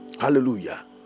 Hallelujah